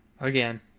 Again